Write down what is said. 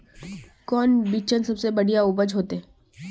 कौन बिचन सबसे बढ़िया उपज होते?